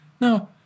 Now